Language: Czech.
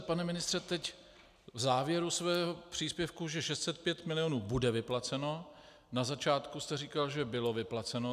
Pane ministře, teď v závěru svého příspěvku jste říkal, že 605 milionů bude vyplaceno, na začátku jste říkal, že bylo vyplaceno.